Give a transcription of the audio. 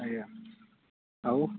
ଆଜ୍ଞା ଆଉ